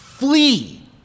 Flee